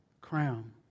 crown